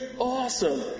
awesome